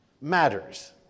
matters